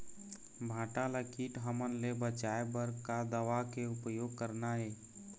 भांटा ला कीट हमन ले बचाए बर का दवा के उपयोग करना ये?